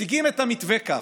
מציגים את המתווה כך,